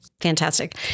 Fantastic